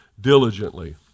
diligently